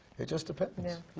it just depends. yeah.